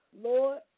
Lord